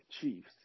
chiefs